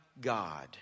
God